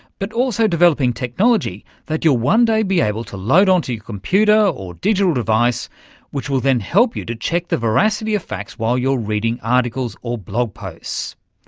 but also developing technology that you'll one day be able to load onto your computer or digital device which will then help you check the veracity of facts while you're reading articles or blog posts.